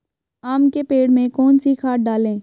आम के पेड़ में कौन सी खाद डालें?